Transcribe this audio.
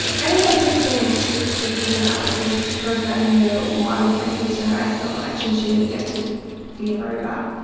i don't know it is so strange just thinking that like there is this person who wanted my sister and i so much and she didn't get to be a part of that.